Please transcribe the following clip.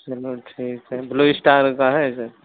चलो ठीक है ब्लू इस्टार का है ऐसे